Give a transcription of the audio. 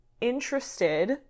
interested